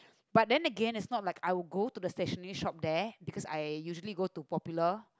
but then again it's not like I would go to the stationary shop there because I usually go to popular